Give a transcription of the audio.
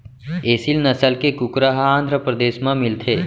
एसील नसल के कुकरा ह आंध्रपरदेस म मिलथे